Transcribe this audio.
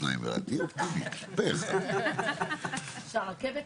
הצבעה אושר.